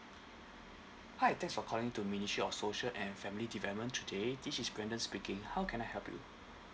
hi thanks for calling to ministry of social and family development today this is brandon speaking how can I help you